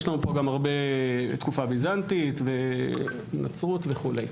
יש לנו פה גם הרבה תקופה ביזנטית ונצרות וכו'.